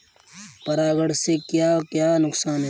परागण से क्या क्या नुकसान हैं?